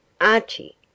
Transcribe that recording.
Archie